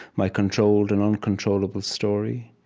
my controlled and uncontrollable story.